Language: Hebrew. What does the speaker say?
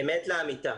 אמת לאמיתה.